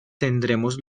tendremos